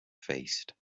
faced